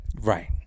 Right